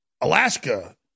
Alaska